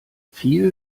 viel